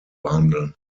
behandeln